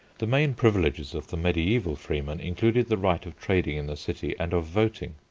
the main privileges of the mediaeval freemen included the right of trading in the city, and of voting.